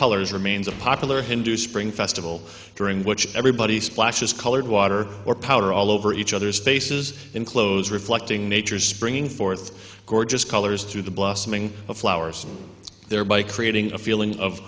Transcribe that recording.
colors remains a popular hindu spring festival during which everybody splashes colored water or powder all over each other's faces in clothes reflecting natures bringing forth gorgeous colors through the blossoming of flowers thereby creating a feeling of